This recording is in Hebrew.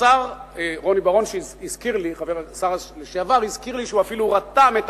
השר לשעבר רוני בר-און הזכיר לי שהוא אפילו רתם את